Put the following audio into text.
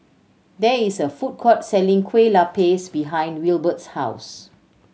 there is a food court selling Kueh Lapis behind Wilbert's house